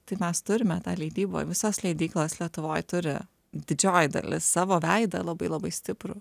tai mes turime tą leidyboj visos leidyklos lietuvoj turi didžioji dalis savo veidą labai labai stiprų